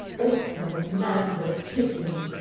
earthward, manward, pitying,